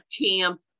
camp